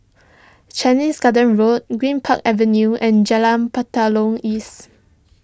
Chinese Garden Road Greenpark Avenue and Jalan Batalong East